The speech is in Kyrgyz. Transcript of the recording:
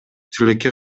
тилекке